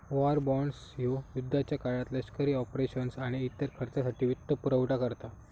war bonds ह्यो युद्धाच्या काळात लष्करी ऑपरेशन्स आणि इतर खर्चासाठी वित्तपुरवठा करता